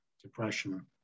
depression